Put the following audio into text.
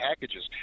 packages